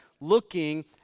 looking